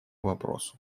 вопросу